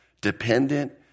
dependent